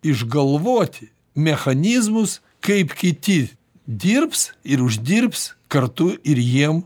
išgalvoti mechanizmus kaip kiti dirbs ir uždirbs kartu ir jiem